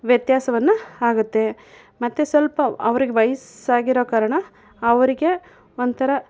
ವ್ಯತ್ಯಾಸವನ್ನು ಆಗುತ್ತೆ ಮತ್ತು ಸ್ವಲ್ಪ ಅವ್ರಿಗೆ ವವಸ್ಸಾಗಿರೊ ಕಾರಣ ಅವರಿಗೆ ಒಂಥರ